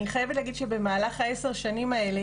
אני חייבת להגיד שמהלך עשר השנים האלה